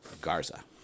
Garza